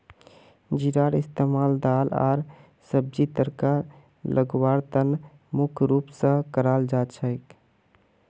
जीरार इस्तमाल दाल आर सब्जीक तड़का लगव्वार त न मुख्य रूप स कराल जा छेक